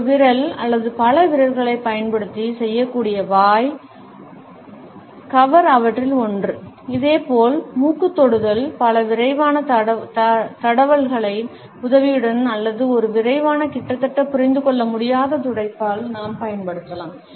ஒரு விரல் அல்லது பல விரல்களைப் பயன்படுத்தி செய்யக்கூடிய வாய் கவர் அவற்றில் ஒன்று இதேபோல் மூக்குத் தொடுதல் பல விரைவான தடவல்களின் உதவியுடன் அல்லது ஒரு விரைவான கிட்டத்தட்ட புரிந்துகொள்ள முடியாத துடைப்பால் நாம் பயன்படுத்தலாம்